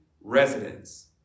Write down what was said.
residents